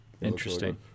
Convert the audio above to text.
Interesting